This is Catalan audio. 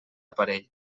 aparell